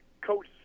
Coach